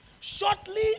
Shortly